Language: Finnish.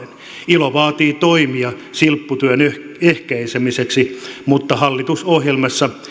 ilo vaatii toimia silpputyön ehkäisemiseksi mutta hallitusohjelmassa